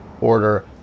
order